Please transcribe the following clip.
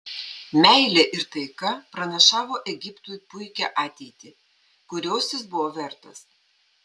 meilė ir taika pranašavo egiptui puikią ateitį kurios jis buvo vertas